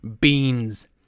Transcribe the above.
Beans